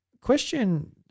question